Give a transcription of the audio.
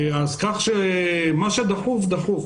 מה שדחוף דחוף.